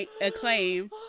acclaim